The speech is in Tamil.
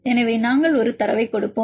எனவே நாங்கள் ஒரு தரவைக் கொடுப்போம்